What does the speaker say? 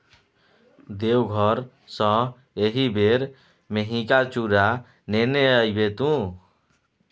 देवघर सँ एहिबेर मेहिका चुड़ा नेने आबिहे तु